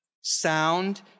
Sound